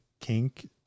kink